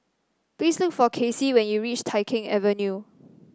please look for Kacey when you reach Tai Keng Avenue